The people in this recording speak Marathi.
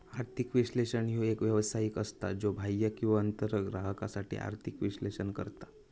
आर्थिक विश्लेषक ह्यो एक व्यावसायिक असता, ज्यो बाह्य किंवा अंतर्गत ग्राहकांसाठी आर्थिक विश्लेषण करता